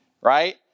right